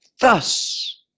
thus